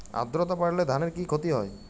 আদ্রর্তা বাড়লে ধানের কি ক্ষতি হয়?